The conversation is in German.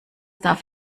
darf